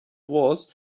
waltz